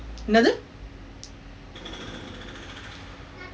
என்னது:ennathu